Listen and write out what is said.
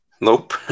Nope